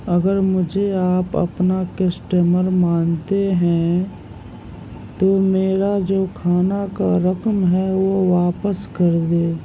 اگر مجھے آپ اپنا کسٹمر مانتے ہیں تو میرا جو کھانا کا رقم ہے وہ واپس کردیں